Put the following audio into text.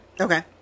Okay